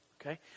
Okay